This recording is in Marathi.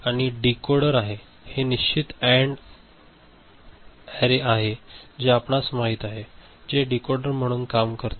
आणि हे डीकोडर आहे हे निश्चित अँड अॅरे आहे जे आपणास माहित आहे जे डीकोडर म्हणून काम करते